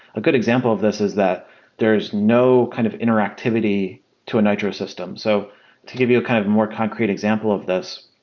a good example of this is that there is no kind of interactivity to a nitro system. so to give you kind of more concrete example of this,